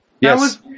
Yes